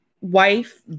wife